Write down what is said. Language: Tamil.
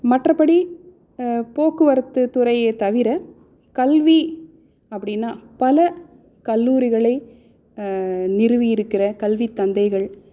மற்றபடி போக்குவரத்துத்துறையை தவிர கல்வி அப்படின்னா பல கல்லூரிகளை நிறுவி இருக்கிற கல்வித் தந்தைகள்